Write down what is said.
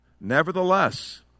Nevertheless